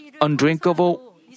undrinkable